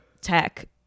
tech